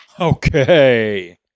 Okay